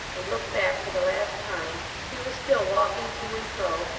and looked back for the last time, he was still walking to and fro,